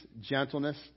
gentleness